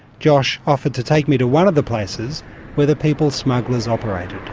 josh offered to take me to one of the places where the people smugglers operated.